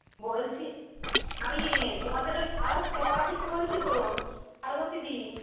বলছি আমি তোমাদের ওই পাড়ার সে পাড়া থেকে বলছি গো পার্বতীদি